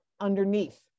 underneath